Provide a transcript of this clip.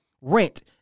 rent